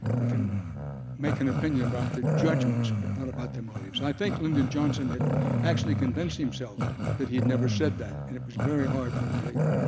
we can make an opinion about their judgements but and their motives. i think lyndon johnson had actually convinced himself that he'd never said that and it was very hard for him to leave it.